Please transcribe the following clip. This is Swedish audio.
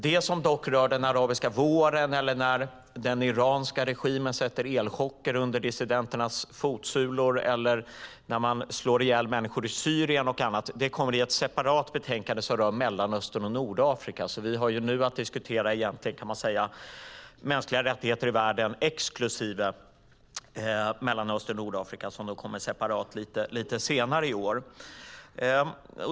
Det som rör den arabiska våren, när den iranska regimen sätter elchocker under dissidenternas fotsulor eller när man slår ihjäl människor i Syrien och annat kommer dock i ett separat betänkande som rör Mellanöstern och Nordafrika. Vi har alltså nu att diskutera mänskliga rättigheter i världen exklusive Mellanöstern och Nordafrika, som kommer separat lite senare i år.